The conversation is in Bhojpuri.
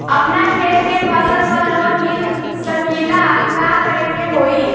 अपना खेत के फसल पर लोन मिल सकीएला का करे के होई?